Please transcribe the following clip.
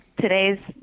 today's